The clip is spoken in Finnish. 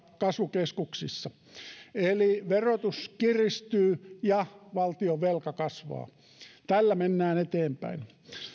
kasvukeskuksissa eli verotus kiristyy ja valtionvelka kasvaa tällä mennään eteenpäin